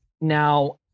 Now